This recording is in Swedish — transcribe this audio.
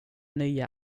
nya